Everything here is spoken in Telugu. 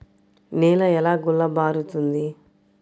నేల ఎలా గుల్లబారుతుంది?